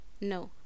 no